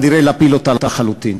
להפיל אותה לחלוטין.